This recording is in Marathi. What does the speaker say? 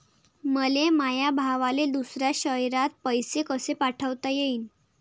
मले माया भावाले दुसऱ्या शयरात पैसे कसे पाठवता येईन?